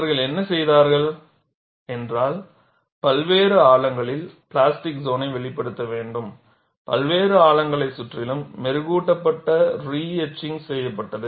அவர்கள் என்ன செய்தார்கள் என்றால் பல்வேறு ஆழங்களில் பிளாஸ்டிக் சோன்னை வெளிப்படுத்த பல்வேறு ஆழங்களை சுற்றிலும் மெருகூட்டப்பட்டு ரீஎட்ச்சிங்க் செய்யப்பட்டது